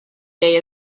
day